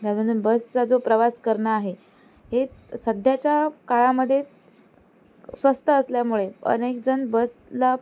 बसचा जो प्रवास करणं आहे हे सध्याच्या काळामध्येच स्वस्त असल्यामुळे अनेकजण बसला